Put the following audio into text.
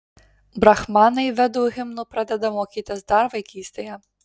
brahmanai vedų himnų pradeda mokytis dar vaikystėje